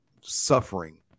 suffering